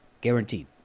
Guaranteed